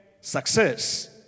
success